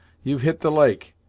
you've hit the lake,